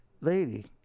Lady